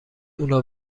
اونو